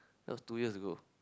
that was two years ago